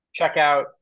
checkout